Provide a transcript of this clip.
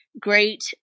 great